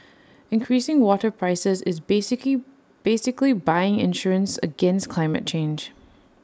increasing water prices is basically basically buying insurance against climate change